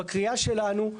בקריאה שלנו,